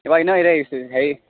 এবাৰ এনেও হেৰি